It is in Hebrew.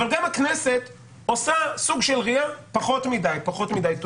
אבל גם הכנסת עושה סוג של RIA פחות מדי טוב.